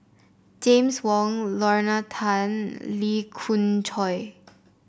James Wong Lorna Tan Lee Khoon Choy